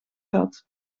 had